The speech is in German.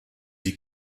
die